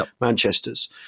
Manchester's